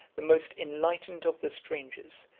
the most enlightened of the strangers,